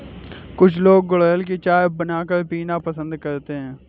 कुछ लोग गुलहड़ की चाय बनाकर पीना पसंद करते है